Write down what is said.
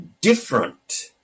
different